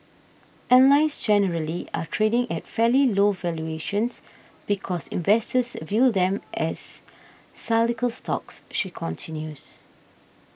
airlines generally are trading at fairly low valuations because investors view them as cyclical stocks she continues